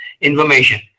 information